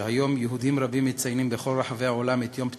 שהיום יהודים רבים מציינים בכל רחבי העולם את יום פטירתו,